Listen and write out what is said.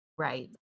Right